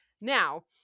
Now